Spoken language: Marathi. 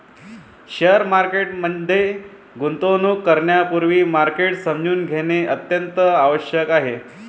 शेअर मार्केट मध्ये गुंतवणूक करण्यापूर्वी मार्केट समजून घेणे अत्यंत आवश्यक आहे